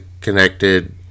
connected